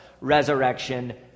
resurrection